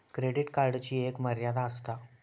credit कार्डची एक मर्यादा आसता